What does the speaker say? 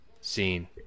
scene